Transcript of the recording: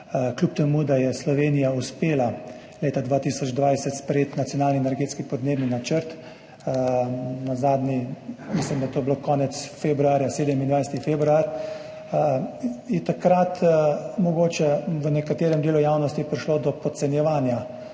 kljub temu, da je Slovenija uspela leta 2020 sprejeti nacionalni energetski podnebni načrt, na zadnji, mislim, da je bilo to konec februarja, 27. februar, je takrat mogoče v nekaterem delu javnosti prišlo do podcenjevanja.